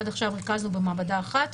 עד עכשיו ריכזנו במעבדה אחת,